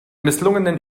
misslungenen